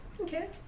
Okay